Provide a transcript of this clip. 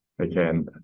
again